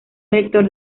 rector